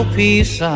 peace